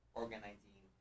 organizing